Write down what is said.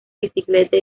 bicicleta